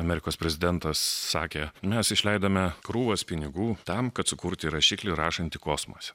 amerikos prezidentas sakė mes išleidome krūvas pinigų tam kad sukurti rašiklį rašantį kosmose